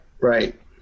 right